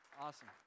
awesome